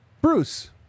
Bruce